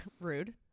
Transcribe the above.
Rude